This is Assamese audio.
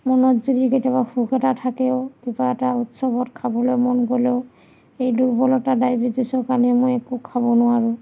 মনত যদি কেতিয়াবা শোক এটা থাকেও কিবা এটা উৎসৱত খাবলৈ মন গ'লেও এই দুৰ্বলতা ডায়বেটিছৰ কাৰণে মই একো খাব নোৱাৰোঁ